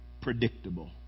predictable